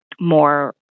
more